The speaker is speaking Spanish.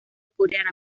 coreana